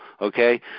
Okay